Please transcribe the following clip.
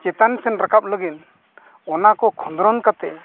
ᱪᱮᱛᱟᱱ ᱥᱮᱫ ᱨᱟᱠᱟᱵ ᱞᱟᱹᱜᱤᱫ ᱚᱱᱟᱠᱚ ᱠᱷᱚᱸᱫᱽᱨᱚᱱ ᱠᱟᱛᱮᱫ